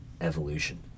evolution